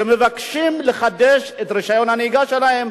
שמבקשים לחדש את רשיון הנהיגה שלהם.